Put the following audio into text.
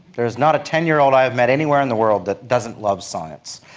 there's not a ten year old i have met anywhere in the world that doesn't love science.